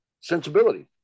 sensibility